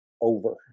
over